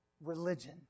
religion